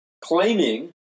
claiming